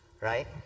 right